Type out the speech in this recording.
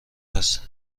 است